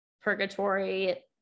purgatory